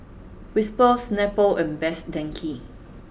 Whisper Snapple and Best Denki